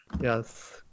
Yes